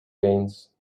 gains